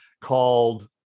called